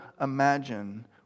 imagine